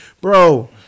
bro